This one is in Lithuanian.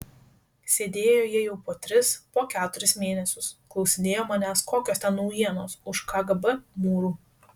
sėdėjo jie jau po tris po keturis mėnesius klausinėjo manęs kokios ten naujienos už kgb mūrų